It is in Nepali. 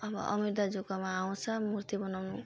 अब अमीर दाजुकोमा आउँछ मूर्ति बनाउनु